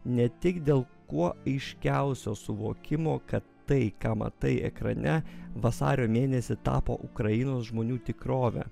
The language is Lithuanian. ne tik dėl kuo aiškiausiai suvokimo kad tai ką matai ekrane vasario mėnesį tapo ukrainos žmonių tikrove